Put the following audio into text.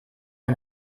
ein